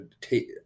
take